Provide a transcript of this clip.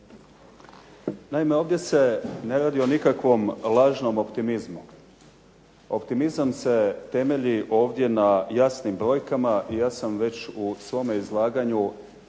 Naime, ovdje se ne radi o nikakvom lažnom optimizmu. Optimizam se temelji ovdje na jasnim brojkama i ja sam već u svome izlaganju